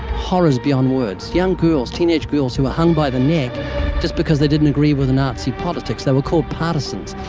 horrors beyond words. young girls, teenage girls, who were hung by the neck just because they didn't agree with the nazi politics. they were called partisans.